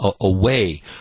away